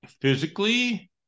physically